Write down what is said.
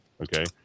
Okay